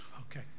Okay